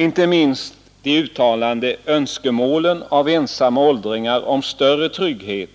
Inte minst de uttalade önskemålen av ensamma åldringar om större trygghet